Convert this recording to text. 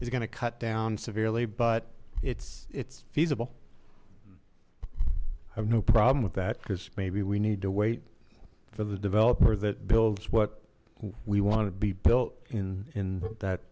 is going to cut down severely but it's it's feasible i have no problem with that because maybe we need to wait for the developer that builds what we want to be built in in that